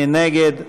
מי נגד?